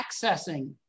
accessing